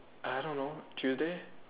I don't know Tuesday